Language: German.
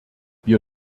wir